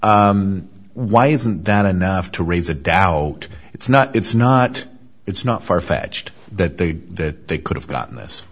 why isn't that enough to raise a doubt it's not it's not it's not farfetched that they did that they could have gotten this